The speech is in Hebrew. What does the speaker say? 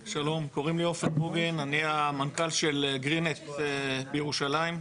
שלום, אני עופר בוגין, מנכ"ל של "גרינט" בירושלים.